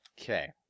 Okay